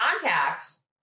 Contacts